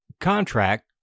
contract